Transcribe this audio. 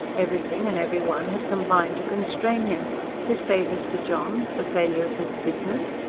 everything and every one had combined to constrain him his favours to john, the failure of his business,